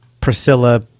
Priscilla